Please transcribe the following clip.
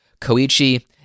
Koichi